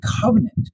covenant